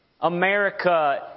America